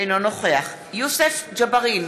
אינו נוכח יוסף ג'בארין,